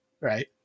Right